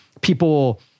people